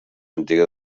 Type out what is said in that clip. antiga